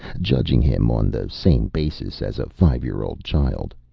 judging him on the same basis as a five-year-old child.